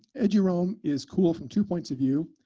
eduroam is cool from two points of view.